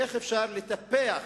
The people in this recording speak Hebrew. איך אפשר לטפח